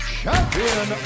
champion